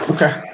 Okay